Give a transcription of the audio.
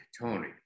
Tony